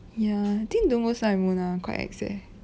ya I think don't go sun and moon lah quite ex leh